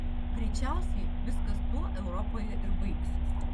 greičiausiai viskas tuo europoje ir baigsis